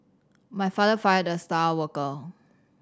my father fired the star worker